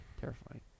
Terrifying